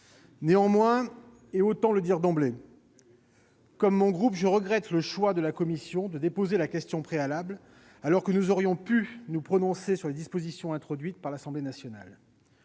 Néanmoins- autant le dire d'emblée -, comme mon groupe, je regrette le choix de la commission d'avoir déposé une motion tendant à opposer la question préalable alors que nous aurions pu nous prononcer sur les dispositions introduites par l'Assemblée nationale.